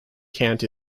cant